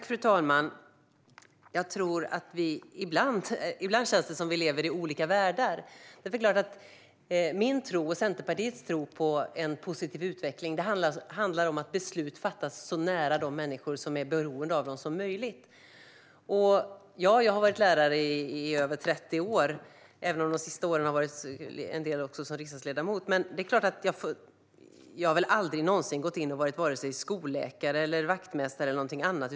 Fru talman! Ibland känns det som om vi lever i olika världar. Min och Centerpartiets tro på en positiv utveckling handlar om att beslut fattas så nära de människor som är beroende av dem som möjligt. Ja, jag har varit lärare i över 30 år, även om jag de senaste åren har varit riksdagsledamot. Men jag har aldrig någonsin gått in och varit vare sig skolläkare eller vaktmästare eller någonting annat.